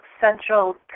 central